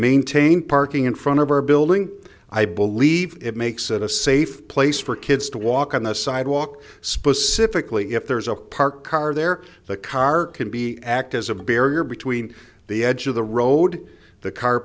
maintain parking in front of our building i believe it makes it a safe place for kids to walk on the sidewalk specifically if there's a parked car there the car can be act as a barrier between the edge of the road the car